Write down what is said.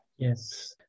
Yes